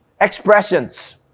expressions